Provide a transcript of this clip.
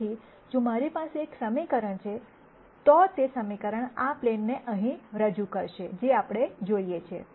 તેથી જો મારી પાસે એક સમીકરણ છે તો તે સમીકરણ આ પ્લેનને અહીં રજૂ કરશે જે આપણે જોઈએ છીએ